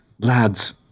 Lads